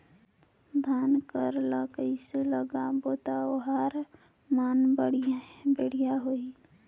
धान कर ला कइसे लगाबो ता ओहार मान बेडिया होही?